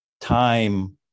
Time